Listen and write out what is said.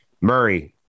murray